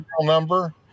number